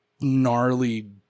gnarly